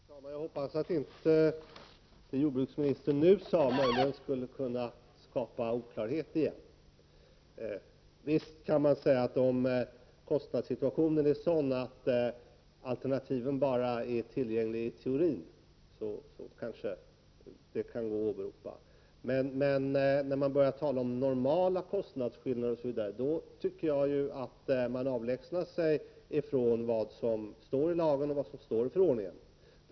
Herr talman! Jag hoppas att det som jordbruksministern nu sade inte skapar oklarhet igen. Om kostnadssituationen är sådan att alternativen bara är tillgängliga i teorin kanske det går att åberopa skäl för djurförsök, men när man börjar tala om normala kostnadsskillnader avlägsnar man sig från vad som står i lagen och förordningen.